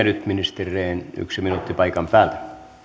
nyt ministeri rehn yksi minuutti paikan päältä